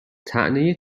طعنه